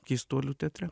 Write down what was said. keistuolių teatre